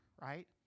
right